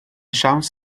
siawns